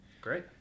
Great